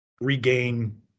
regain